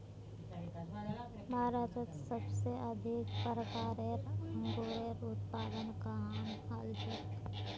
भारतत सबसे अधिक प्रकारेर अंगूरेर उत्पादन कुहान हछेक